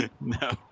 No